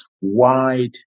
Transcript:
wide